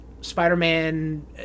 Spider-Man